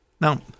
Now